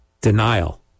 denial